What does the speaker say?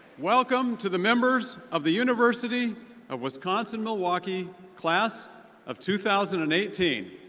welcome to the members of the university of wisconsin-milwaukee class of two thousand and eighteen!